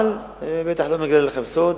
אבל, אני בטח לא מגלה לכם סוד: